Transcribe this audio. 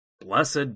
Blessed